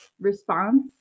response